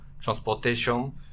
transportation